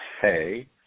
hey